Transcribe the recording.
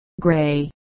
Gray